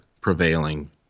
prevailing